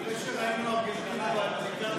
אחרי שראינו את ארגנטינה באפליקציה,